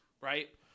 right